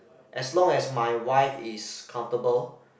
as long as my wife is comfortable